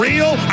Real